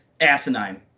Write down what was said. asinine